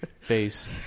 face